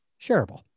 Shareable